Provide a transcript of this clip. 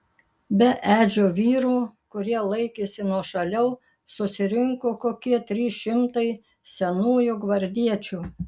be edžio vyrų kurie laikėsi nuošaliau susirinko kokie trys šimtai senųjų gvardiečių